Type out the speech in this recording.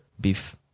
beef